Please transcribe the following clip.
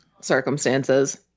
circumstances